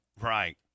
right